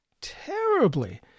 terribly